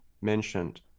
mentioned